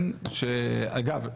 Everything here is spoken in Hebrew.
אגב,